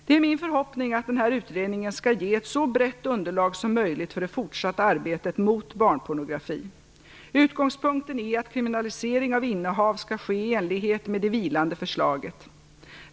Det är min förhoppning att denna utredning skall ge ett så brett underlag som möjligt för det fortsatta arbetet mot barnpornografi. Utgångspunkten är att kriminalisering av innehav skall ske i enlighet med det vilande förslaget.